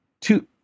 two